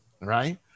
right